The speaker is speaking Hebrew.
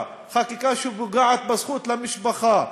מאותו העם, ולפעמים מאותה המשפחה,